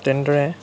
তেনেদৰে